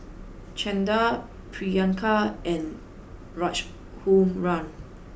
Chanda Priyanka and Raghuram